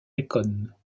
racon